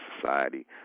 society